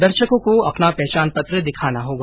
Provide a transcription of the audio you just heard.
दर्शकों को अपना पहचान पत्र दिखाना होगा